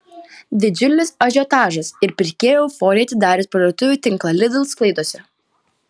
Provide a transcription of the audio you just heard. didžiulis ažiotažas ir pirkėjų euforija atidarius parduotuvių tinklą lidl sklaidosi